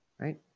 Right